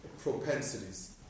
propensities